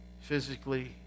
physically